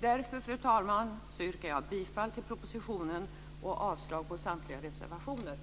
Därför, fru talman, yrkar jag bifall till utskottets hemställan i betänkandet och avslag på samtliga reservationer.